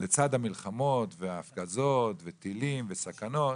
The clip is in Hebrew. לצד המלחמות וההפגזות וטילים וסכנות,